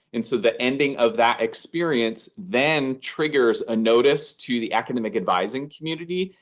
and so the ending of that experience then triggers a notice to the academic advising community.